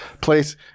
place